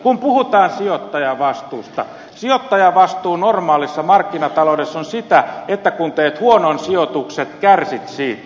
kun puhutaan sijoittajavastuusta sijoittajavastuu normaalissa markkinataloudessa on sitä että kun teet huonot sijoitukset kärsit siitä